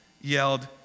yelled